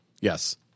Yes